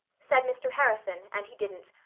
said mr. harrison, and he didn't.